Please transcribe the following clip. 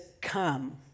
come